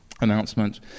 announcement